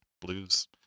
blues